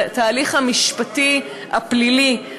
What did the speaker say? התהליך המשפטי הפלילי,